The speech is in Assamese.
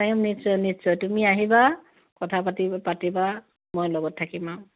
পাৰিম নিশ্চয় নিশ্চয় তুমি আহিবা কথা পাতি পাতিবা মই লগত থাকিম আৰু